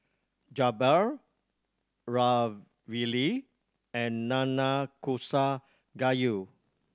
Jokbal Ravioli and Nanakusa Gayu